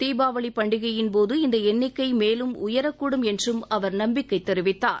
தீபாவளிப் பண்டிகையின் போது இந்த எண்ணிக்கை மேலும் உயரக்கூடும் என்றும் அவர் நம்பிக்கை தெரிவித்தார்